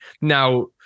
Now